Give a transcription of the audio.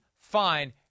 fine